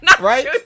Right